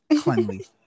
cleanly